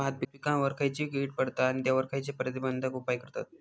भात पिकांवर खैयची कीड पडता आणि त्यावर खैयचे प्रतिबंधक उपाय करतत?